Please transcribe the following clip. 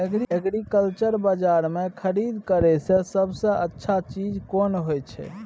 Agriculture बाजार में खरीद करे से सबसे अच्छा चीज कोन होय छै?